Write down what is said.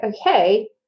okay